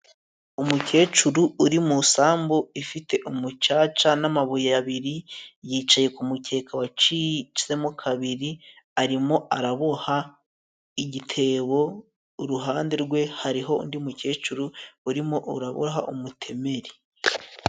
Umukecuru uri mu isambu ifite umucaca n'amabuye abiri, yicaye ku mukeka wacitsemo kabiri arimo araboha igitebo. Iruhande rwe hariho undi mukecuru urimo uraboha umutemeri.